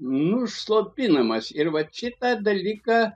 nuslopinamas ir vat šitą dalyką